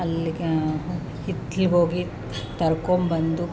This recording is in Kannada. ಅಲ್ಲಿಗೆ ಹಿತ್ಲಿಗೆ ಹೋಗಿ ತಕೊಂಬಂದು